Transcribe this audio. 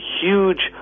huge